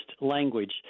language